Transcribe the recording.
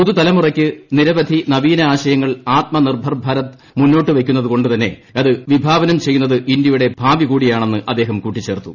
പുതുതലമുറയ്ക്ക് നിരവധി ആത്മനിരക്ഭർ നവീനാശയങ്ങൾ ഭാരത് മുന്നോട്ടുവെക്കുന്നതുകൊണ്ടുതന്നെ ഇത് വിഭാവനം ചെയ്യുന്നത് ഇന്ത്യയുടെ ഭാവി കൂടിയാണെന്ന് അദ്ദേഹം കൂട്ടിച്ചേർത്തു